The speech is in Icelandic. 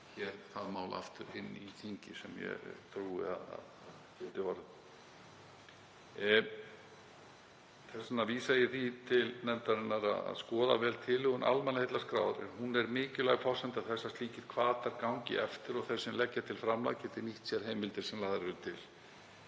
með það mál aftur inn í þingið, sem ég trúi að geti orðið. Þess vegna vísa ég því til nefndarinnar að skoða vel tilhögun almannaheillaskrár. Hún er mikilvæg forsenda þess að slíkir hvatar gangi eftir og þeir sem leggja til framlag geti nýtt sér heimildir sem lagðar eru til.